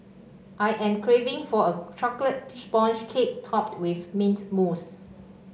I am craving for a chocolate sponge cake topped with mint mousse